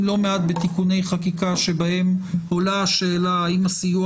לא מעט בתיקוני חקיקה שבהם עולה השאלה: האם הסיוע